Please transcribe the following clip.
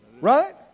Right